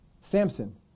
Samson